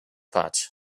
potch